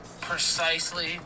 precisely